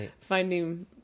finding